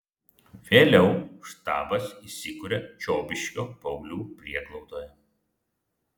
vėliau štabas įsikuria čiobiškio paauglių prieglaudoje